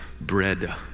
bread